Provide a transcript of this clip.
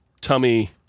tummy